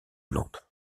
hollande